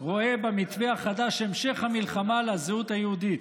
רואה במתווה החדש המשך המלחמה על הזהות היהודית: